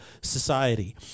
society